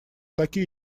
такие